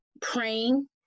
praying